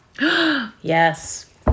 Yes